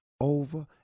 over